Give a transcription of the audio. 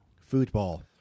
Football